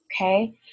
okay